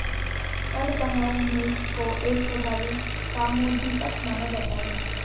कडपहनुत को एक प्रभावी कामोद्दीपक माना जाता है